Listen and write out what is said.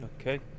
Okay